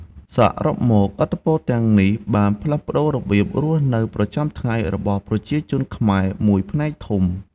សរុបមក ឥទ្ធិពលទាំងនេះបានផ្លាស់ប្តូររបៀបរស់នៅប្រចាំថ្ងៃរបស់ប្រជាជនខ្មែរមួយផ្នែកធំ។